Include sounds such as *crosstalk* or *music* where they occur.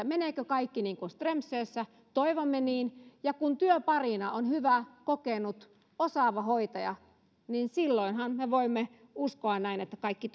*unintelligible* meneekö kaikki niin kuin strömsössä toivomme niin ja kun työparina on hyvä kokenut osaava hoitaja niin silloinhan me me voimme uskoa näin että kaikki *unintelligible*